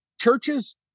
churches